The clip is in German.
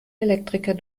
elektriker